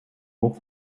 hoch